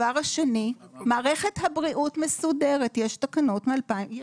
מערכת הבריאות מסודרת, יש תקנות מ-2018.